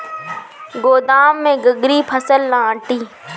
गोदाम में सगरी फसल ना आटी